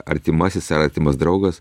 artimasis ar artimas draugas